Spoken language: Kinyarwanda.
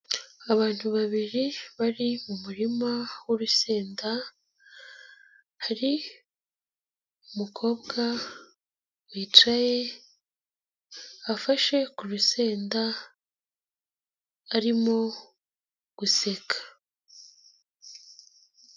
Abantu babiri bari mu murima w'urusenda, hari umukobwa wicaye afashe ku rusenda arimo guseka.